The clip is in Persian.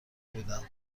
بودم